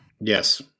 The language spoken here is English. Yes